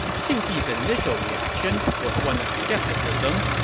qing ji's initial reaction was one of skepticism,